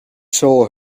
saw